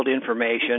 information